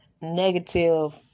negative